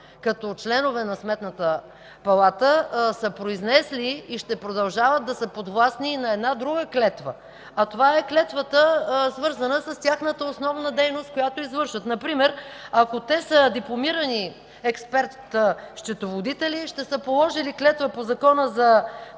като членове на Сметната палата, са произнесли и ще продължават да са подвластни и на една друга клетва, а това е клетвата, свързана с тяхната основна дейност, която извършват. Например, ако те са дипломирани експерт-счетоводители, ще са положили клетва по Закона за